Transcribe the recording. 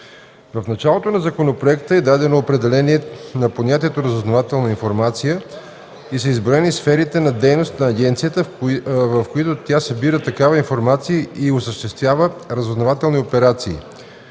В началото на законопроекта е дадено определение на понятието „разузнавателна информация” и са изброени сферите на дейност на агенцията, в които тя събира такава информация и осъществява разузнавателни операции.